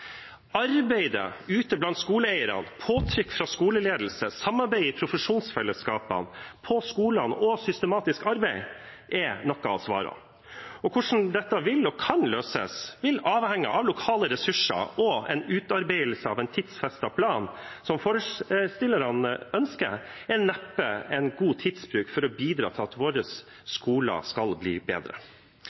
Arbeidet ute blant skoleeierne, påtrykk fra skoleledelse, samarbeid i profesjonsfellesskapene på skolene og systematisk arbeid er noen av svarene. Hvordan dette vil og kan løses, vil avhenge av lokale ressurser. En utarbeidelse av en tidfestet plan, som forslagstillerne ønsker, er neppe en god tidsbruk for å bidra til at våre skoler skal bli bedre.